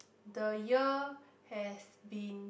the year has been